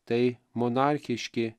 tai monarchiški